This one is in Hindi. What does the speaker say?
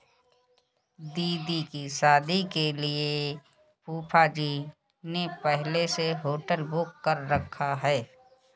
दीदी की शादी के लिए फूफाजी ने पहले से होटल बुक कर रखा है